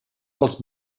dels